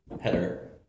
header